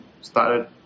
started